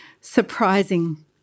surprising